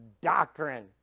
doctrine